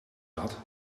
dat